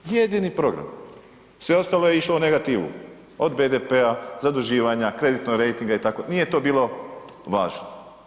Jedini program, sve ostalo je išlo u negativu, od BDP-a, zaduživanja, kreditnog rejtinga, nije to bilo važno.